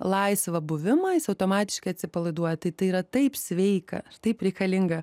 laisvą buvimą jis automatiškai atsipalaiduoja tai tai yra taip sveika taip reikalinga